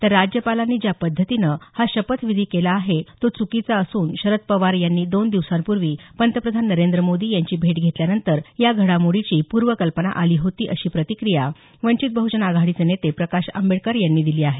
तर राज्यपालांनी ज्या पद्धतीने हा शपथविधी केला आहे तो चुकीचा असून शरद पवार यांनी दोन दिवसांपूर्वी पंतप्रधान नरेंद्र मोदी यांची भेट घेतल्यानंतर या घडामोडीची पूर्वकल्पना आली होती अशी प्रतिक्रिया वंचित बहुजन आघाडीचे नेते प्रकाश आंबेडकर यांनी दिली आहे